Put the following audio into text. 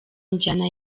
njyana